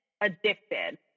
addicted